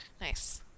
Nice